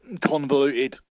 convoluted